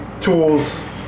tools